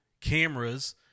cameras